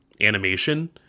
animation